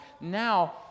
Now